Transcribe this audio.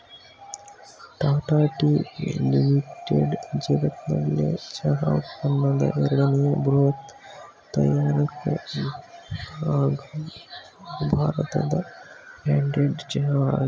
Tata tea limited ಜಗತ್ನಲ್ಲೆ ಚಹಾ ಉತ್ಪನ್ನದ್ ಎರಡನೇ ಬೃಹತ್ ತಯಾರಕರಾಗವ್ರೆ ಹಾಗೂ ಭಾರತದ ಬ್ರ್ಯಾಂಡೆಡ್ ಚಹಾ ವಾಗಯ್ತೆ